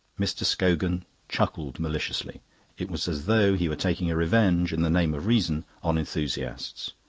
mr. scogan chuckled maliciously it was as though he were taking a revenge, in the name of reason, on enthusiasts.